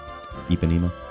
Ipanema